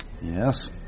Yes